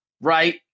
right